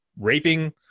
raping